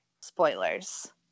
Spoilers